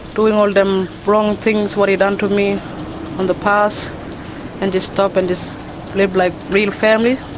doing all them wrong things what he done to me in the past and just stop and just live like real families,